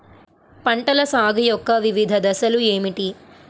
పంటల సాగు యొక్క వివిధ దశలు ఏమిటి?